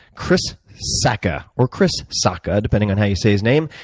chris sacca, or chris socca, depending on how you say his name.